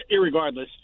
irregardless